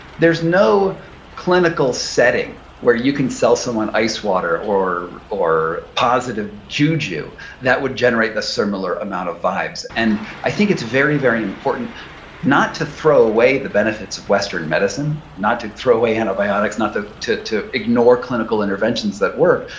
there's no clinical setting where you can sell someone ice water or or positive juju that would generate a similar amount of vibes. and i think it's very, very important not to throw away the benefits of western medicine, not to throw away antibiotics, not to to ignore clinical interventions that work,